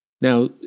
Now